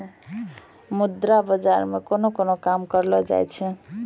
मुद्रा बाजार मे कोन कोन काम करलो जाय छै